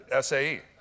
SAE